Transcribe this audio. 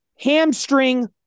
hamstring